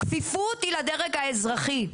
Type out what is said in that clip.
הכפיפות היא לדרג האזרחי,